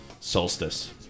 solstice